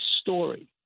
story